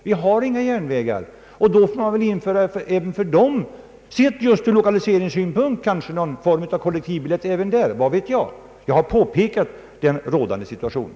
Vi har inga järnvägar. Då får man i lokaliseringens intresse införa något slags kollektivbiljett även där, vad vet jag. Jag har påpekat den rådande situationen.